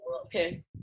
Okay